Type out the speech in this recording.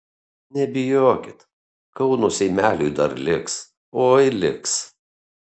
nebijokit kauno seimeliui dar liks oi liks